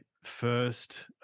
first